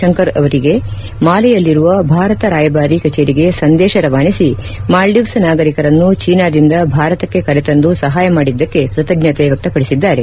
ಶಂಕರ್ ಅವರಿಗೆ ಮಾಲೆಯಲ್ಲಿರುವ ಭಾರತ ರಾಯಭಾರಿ ಕಚೇರಿಗೆ ಸಂದೇಶ ರವಾನಿಸಿ ಮಾಲ್ಲೀವ್ಸ್ ನಾಗರೀಕರನ್ನು ಚ್ಯೆನಾದಿಂದ ಭಾರತಕ್ಕೆ ಕರೆ ತಂದು ಸಹಾಯ ಮಾಡಿದ್ದಕ್ಕೆ ಕೃತಜ್ಞತೆ ವ್ಯಕ್ತಪಡಿಸಿದ್ದಾರೆ